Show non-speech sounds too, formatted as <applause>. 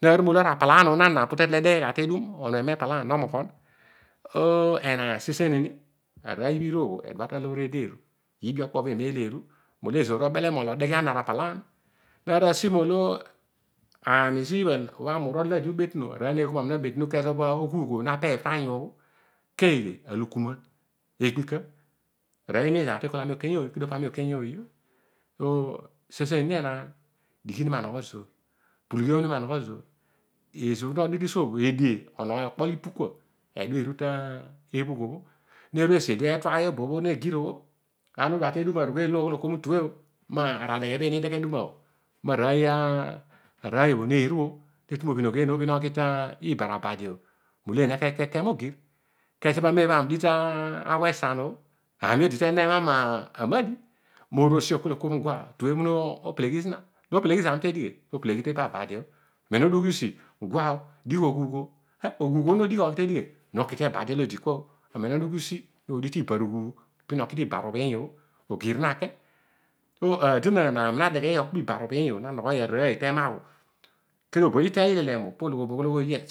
Naaran molo ara palaan o nana te tol edeghian gha tedum, oonuema arapalaan so enaan seseiyni aroiy bho iruo ebol taloor eedi eru iibi okpo bho eru molo ezoor obele modeghian narapalaan naru asi molo ami siibha ibha ami urol delede na betume parooy nekol ami na betunu koghuugh na peebh gha tanyu o keeghe atukum van egbika aroiy imiin zami tekol ami okeyooy kedio ami okeyooy io <unintelligible> edie okpo lipu kua edua eru teephugh obho. Eedi eetuay obobho negir obho. Aroiy obho neeru o nobhinogh eena oghi tibara badi o melo eena eki eke mogir kezobho amem obho ami nogh tawe eten o ami odi to non ema mamadi nooru okol okol no peleghi zina tepa ara abedio amem udua ughi usi guao digh oghnugh ó oghuugh no ki edighen? Noki tibarabadi <unintelligible> so adonaan ami na degheiy okpo ibarubhuy o na noghoiy aroiy tema bho kedio obolo iteiy ilelemu po logh oghol okpo iibha